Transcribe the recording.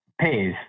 pays